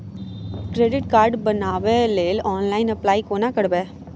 Credit card बनाबै लेल online apply कोना करबै?